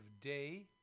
day